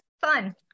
fun